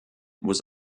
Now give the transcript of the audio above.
was